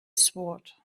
sword